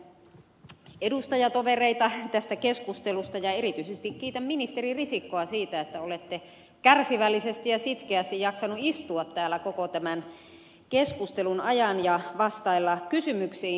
kiitän edustajatovereita tästä keskustelusta ja erityisesti kiitän ministeri risikkoa siitä että olette kärsivällisesti ja sitkeästi jaksanut istua täällä koko tämän keskustelun ajan ja vastailla kysymyksiin